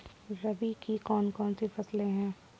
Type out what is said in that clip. रबी की कौन कौन सी फसलें होती हैं?